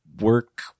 work